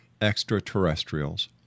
extraterrestrials